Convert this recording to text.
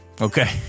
Okay